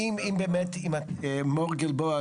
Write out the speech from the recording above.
אם מור גלבוע,